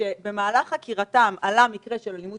שבמהלך חקירתם עלה מקרה של אלימות